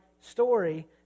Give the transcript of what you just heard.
story